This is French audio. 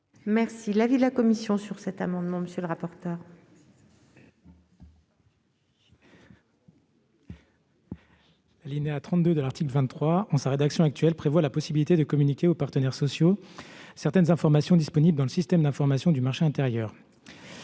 est l'avis de la commission ? L'alinéa 32 de l'article 23, dans sa rédaction actuelle, prévoit la possibilité de communiquer aux partenaires sociaux certaines informations disponibles dans le système d'information du marché intérieur